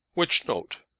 which note?